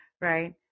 right